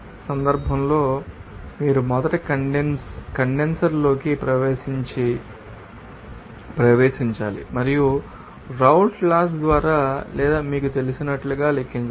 ఇప్పుడు ఈ సందర్భంలో మీరు మొదట కండెన్సర్లోకి ప్రవేశించే ఎయిర్ లోని నీటి పార్షియల్ ప్రెషర్ లెక్కించాలి మరియు రౌల్ట్ లాస్ ద్వారా లేదా మీకు తెలిసినట్లుగా లెక్కించవచ్చు